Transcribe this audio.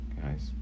Guys